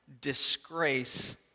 disgrace